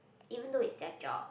even though it's their job